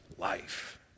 life